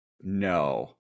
No